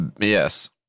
Yes